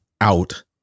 out